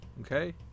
Okay